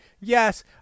Yes